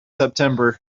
september